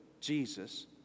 Jesus